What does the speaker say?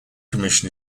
commission